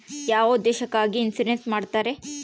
ಯಾವ ಉದ್ದೇಶಕ್ಕಾಗಿ ಇನ್ಸುರೆನ್ಸ್ ಮಾಡ್ತಾರೆ?